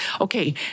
Okay